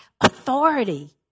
authority